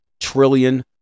trillion